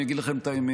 אני אגיד לכם את האמת,